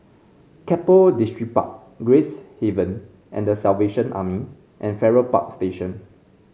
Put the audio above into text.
Keppel Distripark Gracehaven and The Salvation Army and Farrer Park Station